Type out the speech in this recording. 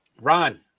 Ron